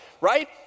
right